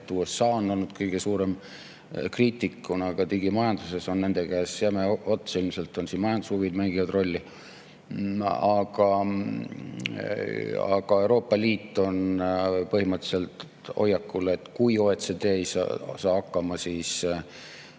USA on olnud kõige suurem kriitik, kuna digimajanduses on nende käes jäme ots, ilmselt majandushuvid mängivad siin rolli. Aga Euroopa Liit on põhimõtteliselt hoiakul, et kui OECD ei saa hakkama, siis teeb